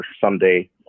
someday